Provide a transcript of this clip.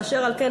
אשר על כן,